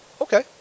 Okay